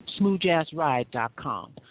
smoothjazzride.com